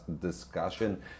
discussion